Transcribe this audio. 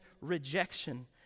rejection